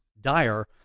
dire